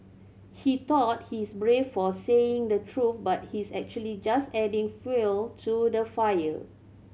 he thought he's brave for saying the truth but he's actually just adding fuel to the fire